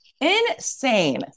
Insane